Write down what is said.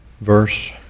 Verse